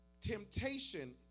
Temptation